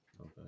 Okay